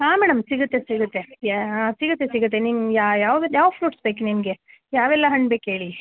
ಹಾಂ ಮೇಡಮ್ ಸಿಗುತ್ತೆ ಸಿಗುತ್ತೆ ಯಾ ಸಿಗುತ್ತೆ ಸಿಗುತ್ತೆ ನಿಮ್ಗೆ ಯಾವ ಯಾವ್ದು ಯಾವ ಫ್ರೂಟ್ಸ್ ಬೇಕು ನಿಮಗೆ ಯಾವೆಲ್ಲ ಹಣ್ಣು ಬೇಕು ಹೇಳಿ